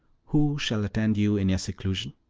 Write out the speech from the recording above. who shall attend you in your seclusion?